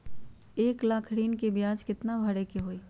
एक लाख ऋन के ब्याज केतना भरे के होई?